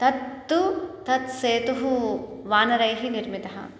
तत्तु तत् सेतुः वानरैः निर्मितः